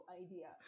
idea